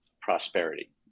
prosperity